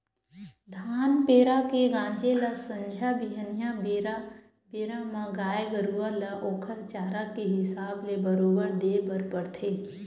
धान पेरा के गांजे ल संझा बिहनियां बेरा बेरा म गाय गरुवा ल ओखर चारा के हिसाब ले बरोबर देय बर परथे